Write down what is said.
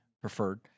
preferred